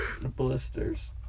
blisters